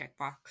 checkbox